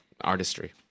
artistry